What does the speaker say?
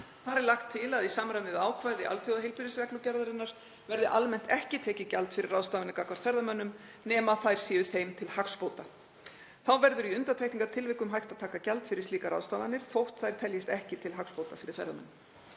Þar er lagt til að í samræmi við ákvæði alþjóðaheilbrigðisreglugerðarinnar verði almennt ekki tekið gjald fyrir ráðstafanir gagnvart ferðamönnum nema þær séu þeim til hagsbóta. Þá verður í undantekningartilvikum hægt að taka gjald fyrir slíkar ráðstafanir þótt þær teljist ekki til hagsbóta fyrir ferðamenn.